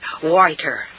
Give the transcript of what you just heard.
whiter